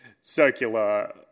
circular